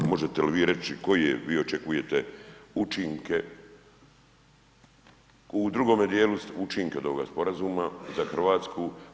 Možete li vi reći koji je, vi očekujete učinke u drugome dijelu učinka od ovoga Sporazuma za Hrvatsku?